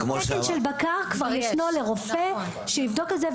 כבר יש תקן של בקר לרופא שיבדוק את זה.